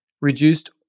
reduced